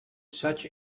such